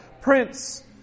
Prince